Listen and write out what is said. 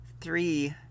Three